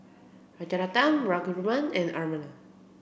Rajaratnam Raghuram and Anand